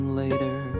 later